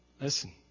listen